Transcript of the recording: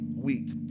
week